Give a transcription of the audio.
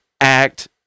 act